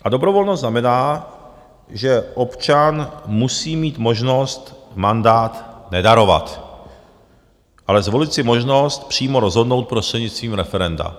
A dobrovolnost znamená, že občan musí mít možnost mandát nedarovat, ale zvolit si možnost přímo rozhodnout prostřednictvím referenda.